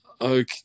Okay